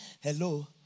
Hello